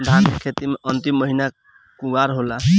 धान के खेती मे अन्तिम महीना कुवार होला?